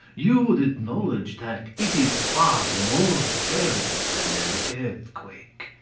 you would acknowledge that it is far more terrible than an earthquake.